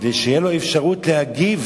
כדי שתהיה לו אפשרות להגיב.